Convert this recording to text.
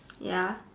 ya